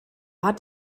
hat